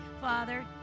Father